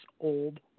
old